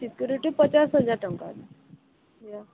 security ପଚାଶ ହଜାର ଟଙ୍କା